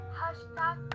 hashtag